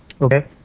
Okay